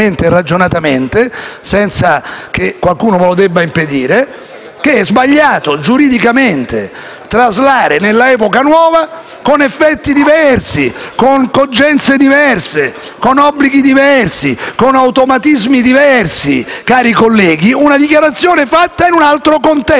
con effetti diversi, con cogenze diverse, con obblighi diversi, con automatismi diversi, cari colleghi, una dichiarazione fatta in un altro contesto. È vero che in quest'Assemblea abbiamo anche sancito la retroattività delle norme penali. Questo si può dire o devo chiedere un permesso speciale? Abbiamo assistito